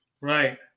Right